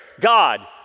God